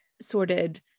sorted